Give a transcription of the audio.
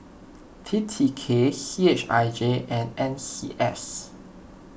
T T K C H I J and N C S